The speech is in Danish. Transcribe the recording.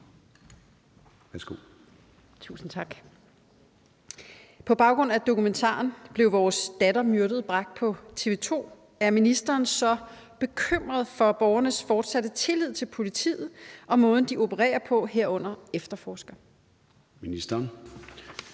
På baggrund af dokumentaren »Blev vores datter myrdet?« bragt på TV 2 er ministeren så bekymret for borgernes fortsatte tillid til politiet og måden de opererer på, herunder efterforsker?